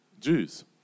Jews